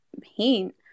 paint